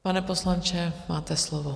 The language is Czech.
Pane poslanče, máte slovo.